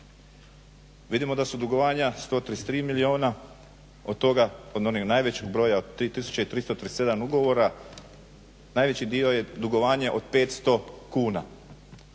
Vidimo da su dugovanja 133 milijuna, od toga od onog najvećeg broja od 3 tisuće i 337 ugovora najveći dio je dugovanje od 500 kuna.